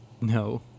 No